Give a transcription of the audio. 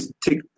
take